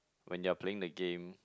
when you're playing the game